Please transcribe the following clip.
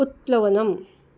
उत्प्लवनम्